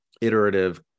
iterative